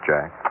Jack